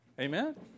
Amen